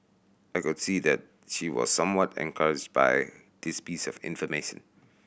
I could see that she was somewhat encouraged by this piece of information